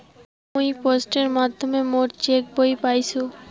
মুই পোস্টের মাধ্যমে মোর চেক বই পাইসু